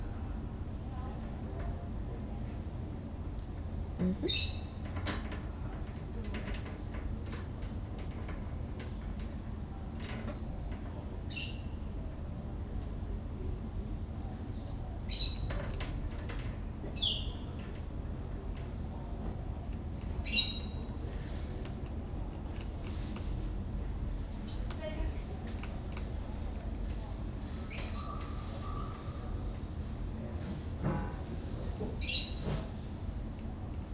mmhmm